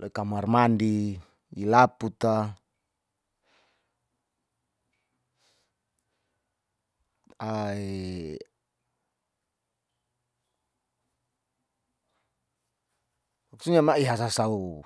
loi kamar mandi ilaputa ae maksunya mai ihasasau